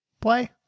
play